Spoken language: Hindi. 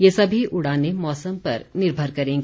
ये सभी उड़ानें मौसम पर निर्मर करेंगी